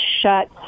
shut